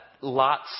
lots